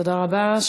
תודה רבה.